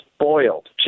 Spoiled